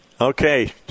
Okay